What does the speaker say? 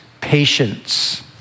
patience